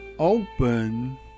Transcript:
Open